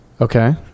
Okay